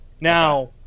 now